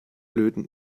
löten